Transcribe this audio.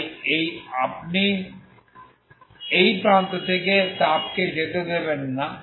তাই আপনি এই প্রান্ত থেকে তাপকে যেতে দেবেন না